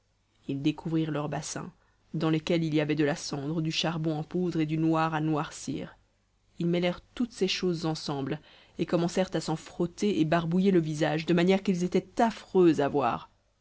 ils découvrirent leurs bassins dans lesquels il y avait de la cendre du charbon en poudre et du noir à noircir ils mêlèrent toutes ces choses ensemble et commencèrent à s'en frotter et barbouiller le visage de manière qu'ils étaient affreux à voir